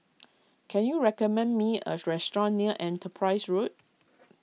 can you recommend me a restaurant near Enterprise Road